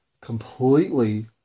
completely